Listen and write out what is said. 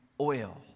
oil